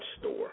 store